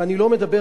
ואני לא מדבר,